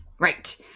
Right